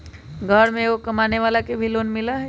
घर में एगो कमानेवाला के भी लोन मिलहई?